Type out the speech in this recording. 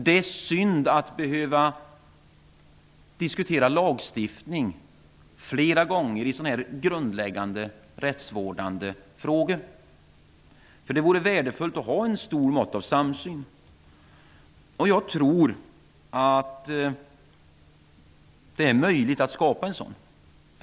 Det är synd att behöva diskutera lagstiftning i sådana här grundläggande rättsvårdande frågor flera gånger. Det vore värdefullt att ha ett stort mått av samsyn. Jag tror att det är möjligt att skapa en sådan.